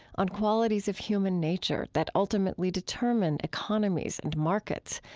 on qualities of human nature that ultimately determine economies and markets,